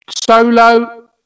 Solo